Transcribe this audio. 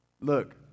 Look